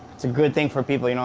it a good thing for people. you know